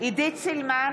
עידית סילמן,